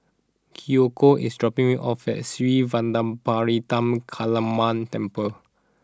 Kiyoko is dropping me off at Sri Vadapathira Kaliamman Temple